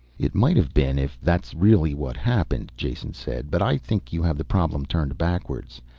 it might have been if that's really what happened, jason said. but i think you have the problem turned backwards.